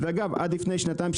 ואגב עד לפני שנתיים,